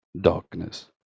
darkness